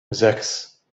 sechs